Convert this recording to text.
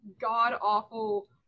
god-awful